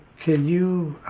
can you